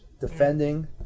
Defending